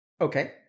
Okay